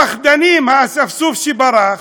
הפחדנים, האספסוף שברח,